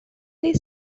they